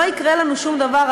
לא יקרה לנו שום דבר.